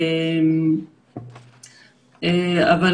אבל,